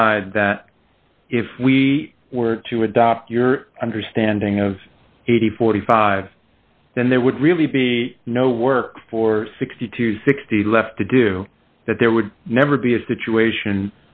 side that if we were to adopt your understanding of eight thousand and forty five then there would really be no work for sixty to sixty left to do that there would never be a situation